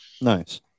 Nice